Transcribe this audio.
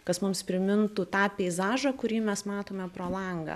kas mums primintų tą peizažą kurį mes matome pro langą